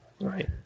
Right